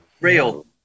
real